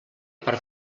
per